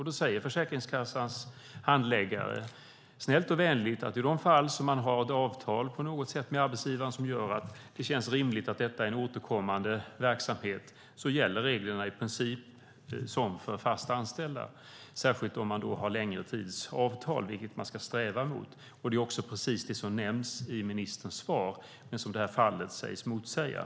Då säger Försäkringskassans handläggare snällt och vänligt att i de fall som man har ett avtal på något sätt med arbetsgivaren som gör att det känns rimligt att detta är en återkommande verksamhet gäller reglerna i princip som för fast anställda, särskilt om man har längre tids avtal, vilket man ska sträva efter. Det är också precis det som nämns i ministerns svar, men som detta fall sägs motsäga.